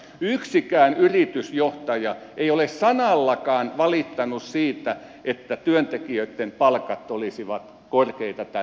yksikään yritysjohtaja ei ole sanallakaan valittanut siitä että työntekijöitten palkat olisivat korkeita tai liian korkeita